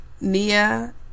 Nia